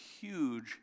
huge